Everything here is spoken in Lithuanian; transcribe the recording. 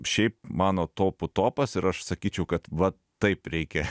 šiaip mano topų topas ir aš sakyčiau kad va taip reikia